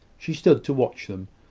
she stood to watch them.